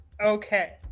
okay